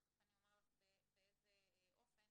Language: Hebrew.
תיכף אני אומר לך באיזה אופן,